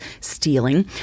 stealing